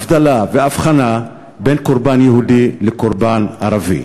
הבדלה והבחנה בין קורבן יהודי לקורבן ערבי.